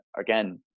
again